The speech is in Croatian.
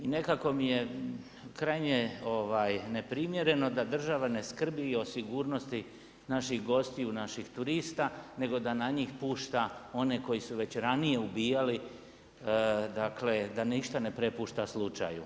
I nekako mi je krajnje neprimjereno da država ne skrbi o sigurnosti naših gostiju, naših turista nego da na njih pušta one koji su već ranije ubijali, dakle da ništa ne prepušta slučaju.